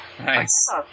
Nice